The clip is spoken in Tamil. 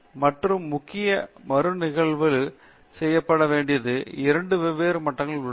தேஷ்பாண்டே மற்றொரு முக்கிய மறுநிகழ்வு செய்யப்பட வேண்டியது 2 வெவ்வேறு மட்டங்களில் உள்ளது